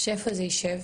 איפה זה יישב?